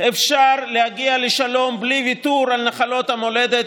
אפשר להגיע לשלום בלי ויתור על נחלות המולדת,